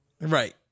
Right